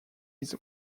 his